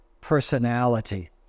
personality